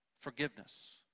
Forgiveness